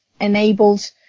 enabled